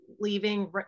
leaving